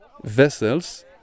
vessels